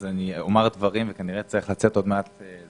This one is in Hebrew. אז אני אומר דברים וכנראה אצטרך לצאת עוד מעט.